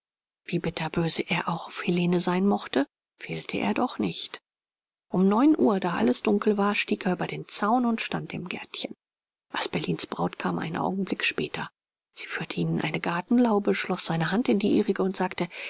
wie bitterböse er auch auf helene sein mochte fehlte er doch nicht um neun uhr da alles dunkel war stieg er über den zaun und stand im gärtchen asperlins braut kam einen augenblick später sie führte ihn in eine gartenlaube schloß seine hand in die ihrige und sagte